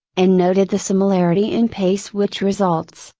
and noted the similarity in pace which results,